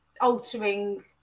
altering